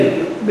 בדיוק.